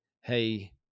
hey